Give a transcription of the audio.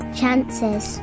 chances